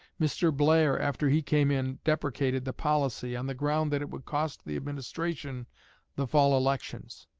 mr. blair, after he came in, deprecated the policy, on the ground that it would cost the administration the fall elections.